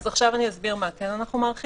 עכשיו אני אסביר מה אנחנו כן מאריכים.